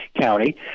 County